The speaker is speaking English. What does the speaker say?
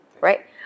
right